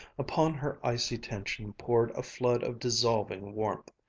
upon her icy tension poured a flood of dissolving warmth.